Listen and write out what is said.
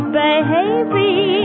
baby